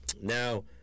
Now